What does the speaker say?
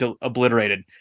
obliterated